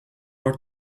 are